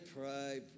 pray